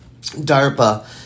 DARPA